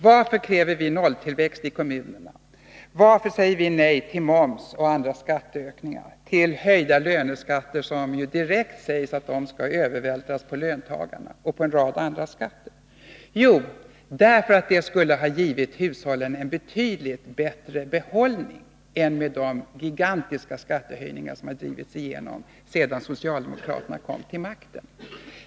Varför kräver vi nolltillväxt i kommunerna, varför har vi sagt nej till höjd moms och andra skattehöjningar, till höjda löneskatter som enligt vad man direkt säger skall övervältras på löntagarna och till en rad andra skatter? Jo, därför att det skulle ha givit hushållen en betydligt bättre behållning än de gigantiska skattehöjningar som har drivits igenom sedan socialdemokraterna kom till makten.